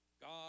God